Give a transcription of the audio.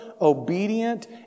obedient